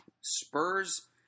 Spurs